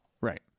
Right